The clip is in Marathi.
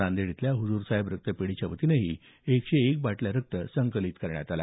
नांदेड इथल्या हूजूर साहेब रक्तपेढीच्या वतीनं एकशे एक बाटल्या रक्त संकलीत करण्यात आलं